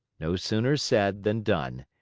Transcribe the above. no sooner said than done.